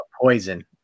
poison